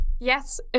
Yes